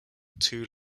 two